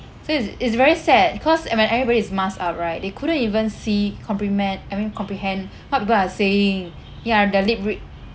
so it's it's very sad cause uh when everybody is masked up right they couldn't even see compremend I mean comprehend what people are saying ya they lip read